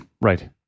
right